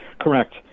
Correct